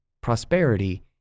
Prosperity